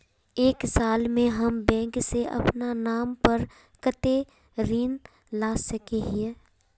एक साल में हम बैंक से अपना नाम पर कते ऋण ला सके हिय?